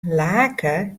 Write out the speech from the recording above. lake